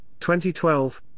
2012